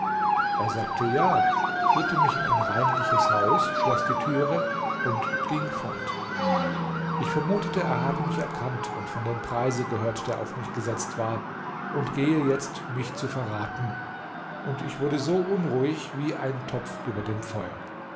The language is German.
er sagte ja führte mich in ein reinliches haus schloß die türe und ging fort ich vermutete er habe mich erkannt und von dem preise gehört der auf mich gesetzt war und gehe jetzt mich zu verraten und ich wurde so unruhig wie ein topf über dem feuer